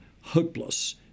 hopeless